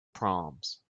proms